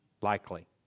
Likely